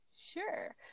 sure